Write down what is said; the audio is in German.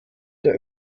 der